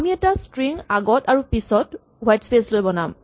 আমি এটা স্ট্ৰিং আগত আৰু পিচত হুৱাইট স্পেচ লৈ বনাম